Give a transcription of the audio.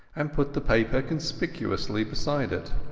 and put the paper conspicuously beside it.